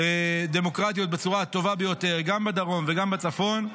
דמוקרטיות בצורה הטובה ביותר גם בדרום וגם בצפון.